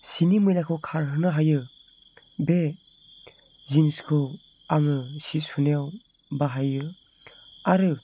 सिनि मैलाखौ खारहोनो हायो बे जिनिसखौ आङो सि सुनायाव बाहायो आरो